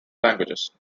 languages